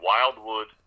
Wildwood